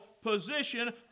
position